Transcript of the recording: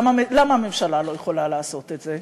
למה הממשלה לא יכולה לעשות את זה?